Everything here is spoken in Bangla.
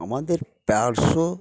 আমাদের পার্শ্ব